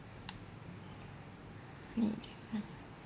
me ah